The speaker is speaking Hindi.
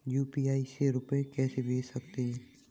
यू.पी.आई से रुपया कैसे भेज सकते हैं?